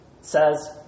says